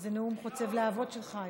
איזה נאום חוצב להבות שלך היום.